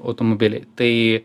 automobiliai tai